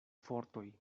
fortoj